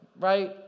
right